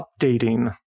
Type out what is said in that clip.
updating